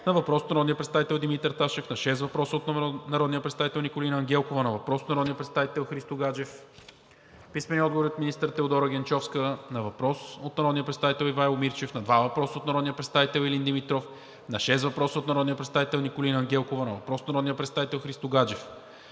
на въпрос от народния представител Димитър Ташев; на шест въпроса от народния представител Николина Ангелкова; на въпрос от народния представител Христо Гаджев; - министър Теодора Генчовска на въпрос от народния представител Ивайло Мирчев; на два въпроса от народния представител Илин Димитров; на шест въпроса от народния представител Николина Ангелкова; на въпрос от народния представител Христо Гаджев;